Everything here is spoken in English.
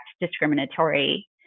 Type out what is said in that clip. discriminatory